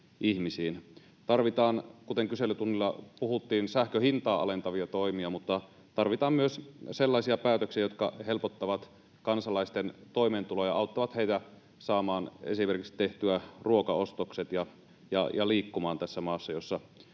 Tarvitaan, kuten kyselytunnilla puhuttiin, sähkön hintaa alentavia toimia, mutta tarvitaan myös sellaisia päätöksiä, jotka helpottavat kansalaisten toimeentuloa ja auttavat heitä saamaan esimerkiksi ruokaostokset tehtyä ja liikkumaan tässä maassa, jossa